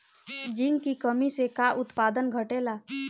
Zinc की कमी से का उत्पादन घटेला?